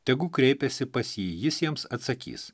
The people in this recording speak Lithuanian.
tegu kreipiasi pas jį jis jiems atsakys